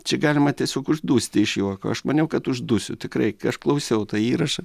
čia galima tiesiog uždusti iš juoko aš maniau kad uždusiu tikrai kai aš klausiau tą įrašą